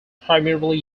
primarily